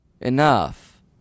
Enough